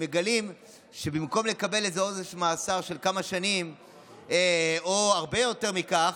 מגלים שבמקום לקבל עונש מאסר של כמה שנים או הרבה יותר מכך,